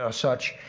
ah such,